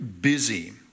busy